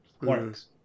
Works